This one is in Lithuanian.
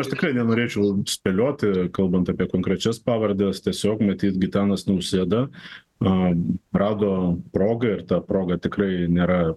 aš tikrai nenorėčiau spėlioti kalbant apie konkrečias pavardes tiesiog matyt gitanas nausėda a rado progą ir ta proga tikrai nėra